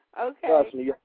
Okay